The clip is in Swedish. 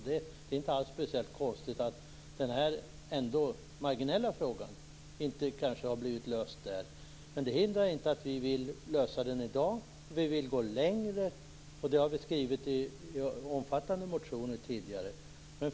Det är alltså inte alls speciellt konstigt att den här frågan, som ändå är marginell, inte blev löst där. Men det hindrar inte att vi vill lösa den i dag. Vi vill gå längre, vilket vi också har skrivit i omfattande motioner tidigare.